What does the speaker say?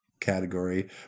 category